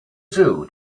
zoo